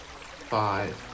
five